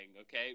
okay